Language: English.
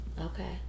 Okay